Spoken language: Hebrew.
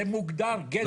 לא, זה מוגדר גזל.